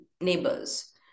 neighbors